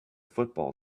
football